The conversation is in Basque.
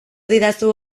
didazu